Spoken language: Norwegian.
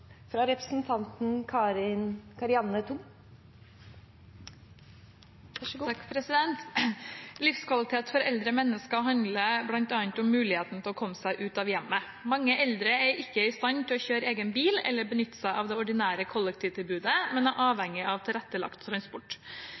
å komme seg ut av hjemmet. Mange eldre er ikke i stand til å kjøre egen bil eller benytte seg av det ordinære kollektivtilbudet, men er avhengig av tilrettelagt transport.